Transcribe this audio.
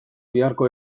biharko